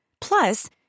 Plus